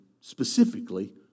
specifically